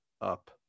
up